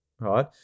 Right